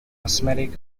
cosmetic